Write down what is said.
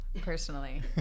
personally